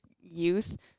youth